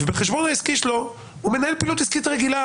ובחשבון העסקי שלו הוא מנהל פעילות עסקית רגילה.